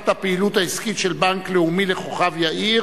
העברת הפעילות העסקית של בנק לאומי לכוכב-יאיר,